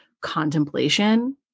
contemplation